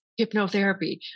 hypnotherapy